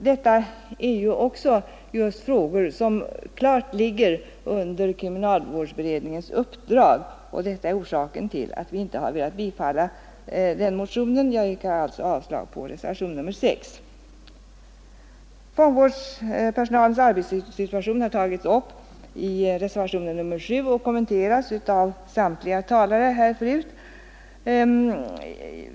Detta är ju också exempel på frågor som klart ligger under kriminalvårdsberedningens uppdrag, och det är orsaken till att vi inte velat tillstyrka motionen. Jag yrkar alltså avslag på reservationen 6. Fångvårdspersonalens arbetssituation har tagits upp i reservationen 7 och kommenterats av samtliga talare här förut.